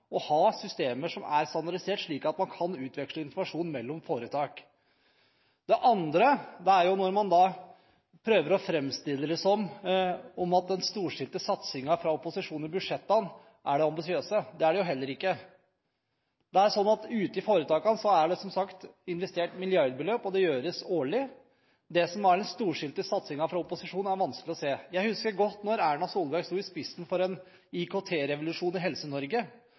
å ha systemer som er standardisert, slik at man kan utveksle informasjon mellom foretak. Det andre er at man prøver å framstille det som at den storstilte satsingen fra opposisjonen i budsjettene er det ambisiøse. Det er den jo heller ikke. Ute i foretakene er det, som sagt, investert milliardbeløp, og det gjøres årlig. Det som er den storstilte satsingen fra opposisjonen, er vanskelig å se. Jeg husker godt da Erna Solberg sto i spissen for en IKT-revolusjon i